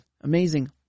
Amazing